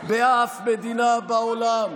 דמוקרטיות אחרות.